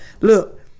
look